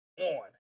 on